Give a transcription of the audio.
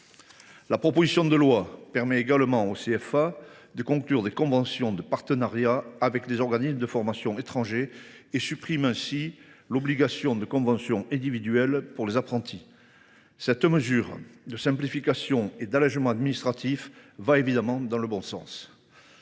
la proposition de loi permet aux CFA de conclure des conventions de partenariat avec les organismes de formation étrangers et supprime ainsi l’obligation de conventions individuelles pour les apprentis. Cette mesure de simplification et d’allégement administratifs va évidemment dans le bon sens.